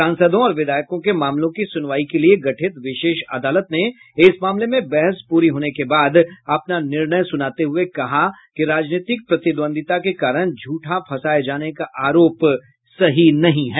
सांसदों और विधायकों के मामलों की सुनवाई के लिए गठित विशेष अदालत ने इस मामले में बहस पूरी होने के बाद अपना निर्णय सुनाते हुए कहा कि राजनीतिक प्रतिद्वंद्विता के कारण झूठा फंसाये जाने का आरोप सही नहीं है